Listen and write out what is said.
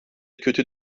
kötü